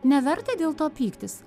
neverta dėl to pyktis